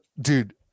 dude